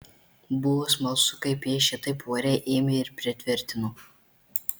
buvo smalsu kaip ją šitaip ore ėmė ir pritvirtino